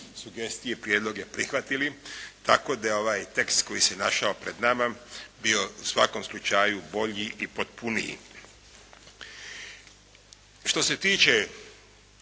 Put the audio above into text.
sugestije i prijedloge prihvatili, tako da je ovaj tekst koji se našao pred nama bio u svakom slučaju bio bolji i potpuniji. Što se tiče